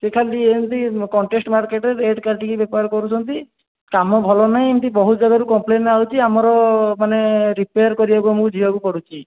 ସେ ଖାଲି ଏମିତି କଣ୍ଟେଷ୍ଟ୍ ମାର୍କେଟ୍ରେ ରେଟ୍ କାଟିକିରି ବେପାର କରୁଛନ୍ତି କାମ ଭଲ ନାହିଁ ଏମିତି ବହୁ ଯାଗାରୁ କମ୍ପ୍ଲେନ୍ ଆସୁଛି ଆମର ମାନେ ରିପେଆର୍ କରିବାକୁ ମୁଁ ଯିବାକୁ ପଡ଼ୁଛି